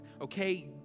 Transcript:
Okay